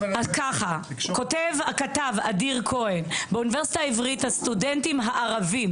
כתב אדיר כהן: "באוניברסיטה העברית הסטודנטים הערבים